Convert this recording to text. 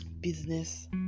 business